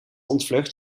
ontvlucht